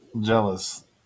jealous